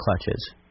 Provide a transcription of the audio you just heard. clutches